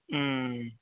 अँ